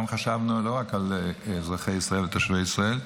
חשבנו לא רק על אזרחי ישראל או תושבי ישראל,